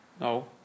No